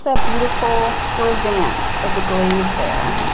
that beautiful little dance of the glaze there.